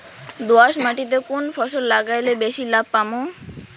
দোয়াস মাটিতে কুন ফসল লাগাইলে বেশি লাভ পামু?